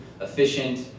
efficient